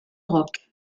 roc